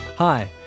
Hi